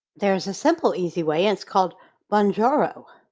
there's a simple easy way it's called bonjoro.